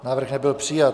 Návrh nebyl přijat.